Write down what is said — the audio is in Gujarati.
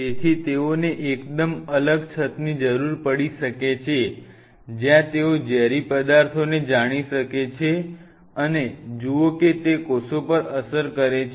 તેથી તેઓને એકદમ અલગ છતની જરૂર પડી શકે છે જ્યાં તેઓ ઝેરી પદાર્થોને જાણી શકે છે અને જુઓ કે તે કોષો પર અસર કરે છે